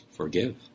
Forgive